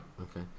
okay